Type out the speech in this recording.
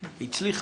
היא הצליחה,